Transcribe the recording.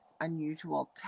unusual